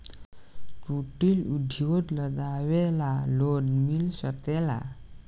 कुटिर उद्योग लगवेला लोन मिल सकेला?